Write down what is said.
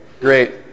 great